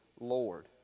Lord